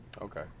Okay